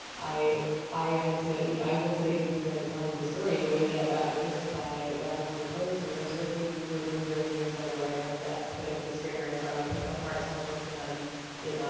i i had to, you know, i will say, because i was telling this story. the way that i got noticed by the huffington post was i was working for bloomberg news on their white house desk, but as a stringer. so i would pick up part-time work for them in, um,